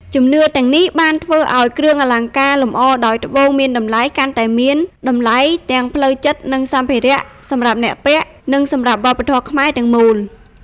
ជំនឿទាំងនេះបានធ្វើឱ្យគ្រឿងអលង្ការលម្អដោយត្បូងមានតម្លៃកាន់តែមាន តម្លៃទាំងផ្លូវចិត្ត និងសម្ភារៈ សម្រាប់អ្នកពាក់ និងសម្រាប់វប្បធម៌ខ្មែរទាំងមូល។